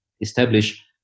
establish